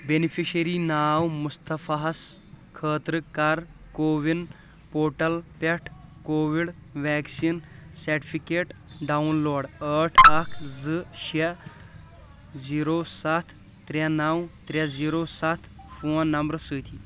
beneficiary ناو مُصطفیٰ ہَس خٲطرٕ کر کو وِن پوٹل پٮ۪ٹھ covid vaccine certificate download ٲٹھ اکھ زٕ شیٚے زیٖرو ستھ ترٛےٚ نو ترٛےٚ زیٖرو ستھ فون نمبرٕ سۭتی